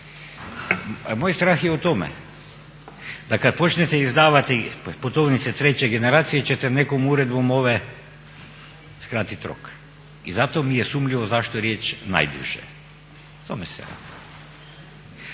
Moj strah je u tome da kad počnete izdavati putovnice treće generacije ćete nekom uredbom ove skratiti rok. I zato mi je sumnjivo zašto riječ najduže, o tome se radi.